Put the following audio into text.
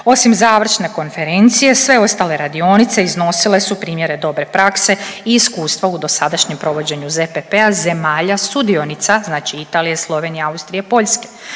Osim završne konferencije sve ostale radionice iznosile su primjere dobre prakse i iskustva u dosadašnjem provođenju ZPP-a zemalja sudionica znači Italije, Slovenije, Austrije, Poljske.